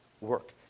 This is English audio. work